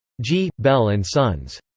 g. bell and sons.